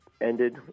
ended